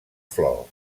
flor